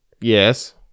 Yes